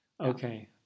Okay